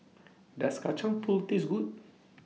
Does Kacang Pool Taste Good